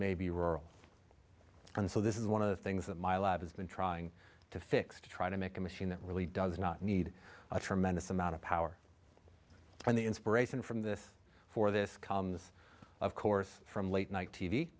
may be rural and so this is one of the things that my lab has been trying to fix to try to make a machine that really does not need a tremendous amount of power when the inspiration from this for this comes of course from late night t